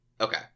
Okay